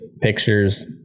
pictures